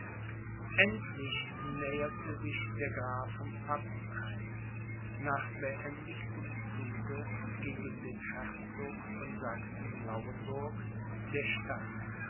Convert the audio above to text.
endlich näherte sich der graf von pappenheim nach beendigtem zuge gegen den herzog von sachsen lauenburg der stadt